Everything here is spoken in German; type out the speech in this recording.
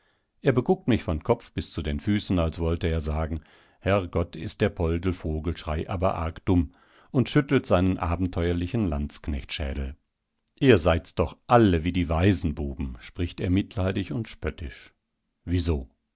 er beguckt mich von kopf bis zu den füßen als wollte er sagen herrgott ist der poldl vogelschrey aber arg dumm und schüttelt seinen abenteuerlichen landsknechtschädel ihr seid's doch alle wie die waisenbuben spricht er mitleidig und spöttisch wieso